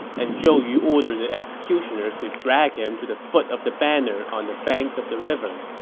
and zhou yu ordered the executioners to drag him to the foot of the banner on the bank of the river.